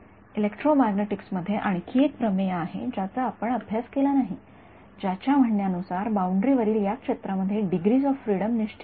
electromagnetics मध्ये आणखी एक प्रमेय आहे ज्याचा आपण अभ्यास केला नाही ज्याच्या म्हणण्यानुसार बाउंडरी वरील या क्षेत्रामध्ये डिग्रीज ऑफ फ्रिडम निश्चित आहेत